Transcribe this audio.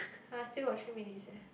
!huh! still got three minutes eh